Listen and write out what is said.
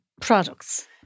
products